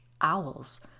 owls